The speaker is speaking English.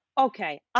Okay